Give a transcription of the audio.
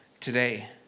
today